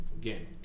Again